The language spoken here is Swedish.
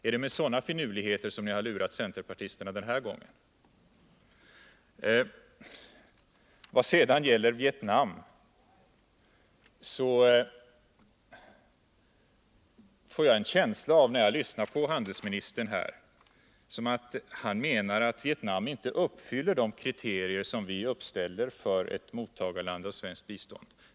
Är det med sådana finurligheter som ni har lurat centerpartisterna den här gången? Vad sedan gäller Vietnam, så får jag en känsla av, när jag lyssnar på handelsministern, att han menar att Vietnam inte uppfyller de kriterier som vi uppställer för ett mottagarland när det gäller svenskt bistånd.